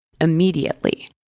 immediately